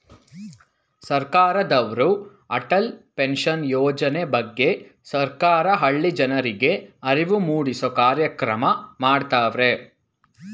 ಸರ್ಕಾರದವ್ರು ಅಟಲ್ ಪೆನ್ಷನ್ ಯೋಜನೆ ಬಗ್ಗೆ ಸರ್ಕಾರ ಹಳ್ಳಿ ಜನರ್ರಿಗೆ ಅರಿವು ಮೂಡಿಸೂ ಕಾರ್ಯಕ್ರಮ ಮಾಡತವ್ರೆ